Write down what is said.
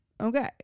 okay